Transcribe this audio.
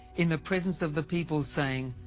in the presence of the people saying,